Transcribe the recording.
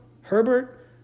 Herbert